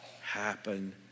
happen